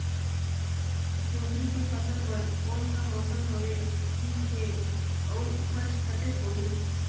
जोंदरी के फसल बर कोन सा मौसम हवे ठीक हे अउर ऊपज कतेक होही?